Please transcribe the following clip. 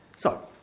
so,